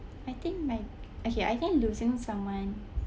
I think mine okay I think losing someone